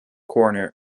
corner